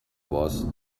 was